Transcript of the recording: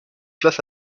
classe